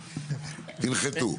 תנחתו.